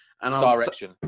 Direction